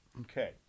Okay